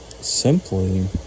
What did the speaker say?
simply